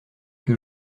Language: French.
que